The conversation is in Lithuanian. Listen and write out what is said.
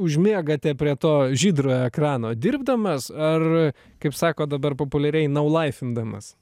užmiegate prie to žydro ekrano dirbdamas ar kaip sako dabar populiariai naulaifindamas